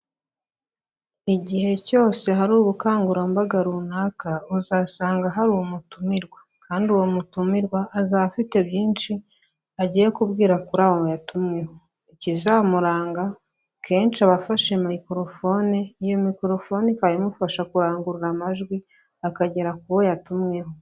Igihe cyose hari ubukangurambaga runaka, uzasanga hari umutumirwa. Kandi uwo mutumirwa azaba afite byinshi agiye kubwira kuri abo yatumweho. Ikizamuranga kenshi aba afashe microphone, iyo microphone ikaba imufasha kurangurura amajwi akagera ku bo yatumweho.